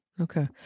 Okay